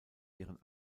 ihren